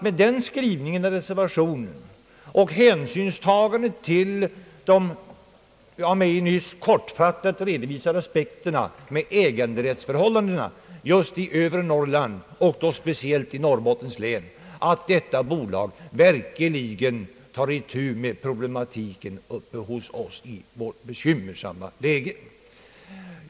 Med den skrivningen i reservationen och med hänsyn tagen till de av mig nyss kortfattat redovisade aspekterna på äganderättsförhållandena just i övre Norrland och speciellt i Norrbottens län, vågar jag, herr talman, utgå från att detta bolag verkligen skall ta itu med problematiken uppe hos oss i vårt bekymmersamma läge.